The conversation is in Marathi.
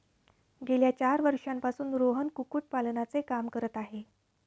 गेल्या चार वर्षांपासून रोहन कुक्कुटपालनाचे काम करत आहे